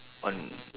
on